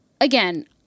again